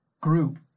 group